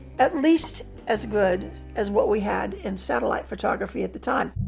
at least as good as what we had in satellite photography at the time.